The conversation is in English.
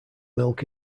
milk